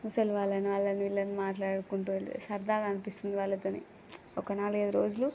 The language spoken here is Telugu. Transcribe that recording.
ముసలి వాళ్ళను వాళ్ళను వీళ్ళను మాట్లాడుకుంటూ సరదాగా అనిపిస్తుంది వాళ్ళతోని ఒక నాలుగు ఐదు రోజులు